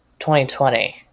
2020